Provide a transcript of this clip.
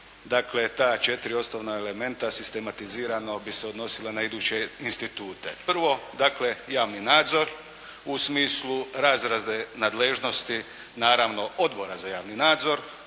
dakle, ta četiri osnovna elementa sistematizirano bi se odnosila na iduće institute. Prvo, dakle javni nadzor u smislu razrade nadležnosti naravno Odbora za javni nadzor.